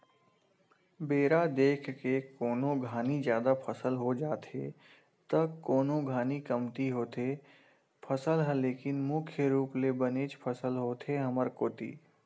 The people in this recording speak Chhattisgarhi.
बेरा देख के कोनो घानी जादा फसल हो जाथे त कोनो घानी कमती होथे फसल ह लेकिन मुख्य रुप ले बनेच फसल होथे हमर कोती